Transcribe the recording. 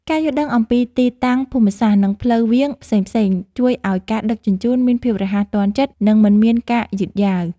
ការយល់ដឹងអំពីទីតាំងភូមិសាស្ត្រនិងផ្លូវវាងផ្សេងៗជួយឱ្យការដឹកជញ្ជូនមានភាពរហ័សទាន់ចិត្តនិងមិនមានការយឺតយ៉ាវ។